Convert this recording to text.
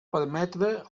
permetre